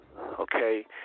Okay